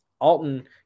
Alton